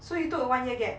so you took one year gap